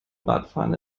radfahren